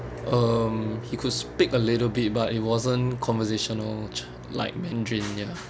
um he could speak a little bit but it wasn't conversational like mandarin ya